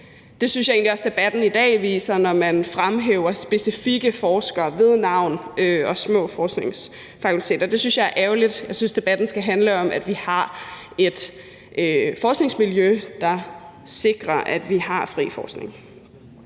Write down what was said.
det synes jeg egentlig også debatten i dag viser, når man fremhæver specifikke forskere ved navn og specifikke små forskningsfakulteter. Det synes jeg er ærgerligt. Jeg synes, debatten skal handle om, om vi har et forskningsmiljø, der sikrer, at vi har fri forskning.